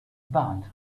band